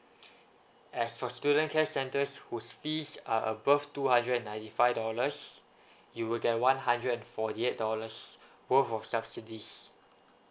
as for student care centers whose fees are above two hundred and ninety five dollars you will get one hundred and forty eight dollars worth of subsidies